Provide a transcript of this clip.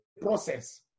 process